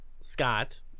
Scott